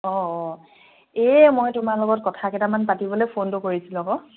অঁ অঁ এই মই তোমাৰ লগত কথা কেইটামান পাতিবলৈ ফোনটো কৰিছিলোঁ আকৌ